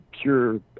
pure